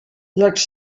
les